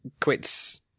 quits